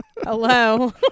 Hello